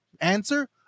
Answer